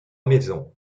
maisons